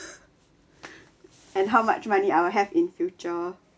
and how much money I will have in future